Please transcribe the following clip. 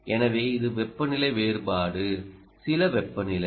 எனவே இது வெப்பநிலை வேறுபாடு சில வெப்பநிலை